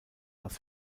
las